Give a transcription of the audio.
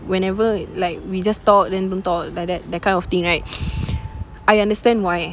whenever like we just talk then don't talk like that that kind of thing right I understand why